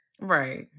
right